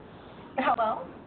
Hello